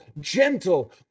gentle